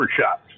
Shots